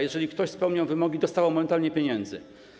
Jeżeli ktoś spełniał wymogi, dostawał momentalnie pieniądze.